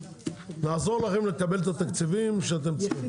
נעזור לכם לקבל את התקציבים שאתם צריכים.